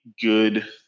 good